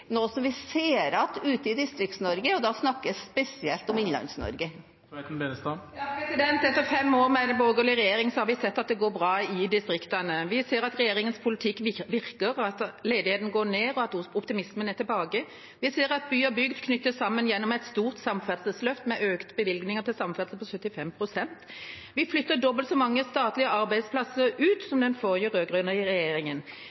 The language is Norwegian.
ser igjen ute i Distrikts-Norge. Da snakker jeg spesielt om Innlands-Norge. Etter fem år med borgerlig regjering har vi sett at det går bra i distriktene. Vi ser at regjeringens politikk virker, at ledigheten går ned og at optimismen er tilbake. Vi ser at by og bygd knyttes samen gjennom et stort samferdselsløft med økte bevilgninger til samferdsel på 75 pst. Vi flytter ut dobbelt så mange statlige arbeidsplasser som den forrige, den rød-grønne, regjeringen.